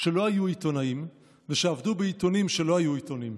שלא היו עיתונאים ושעבדו בעיתונים שלא היו עיתונים,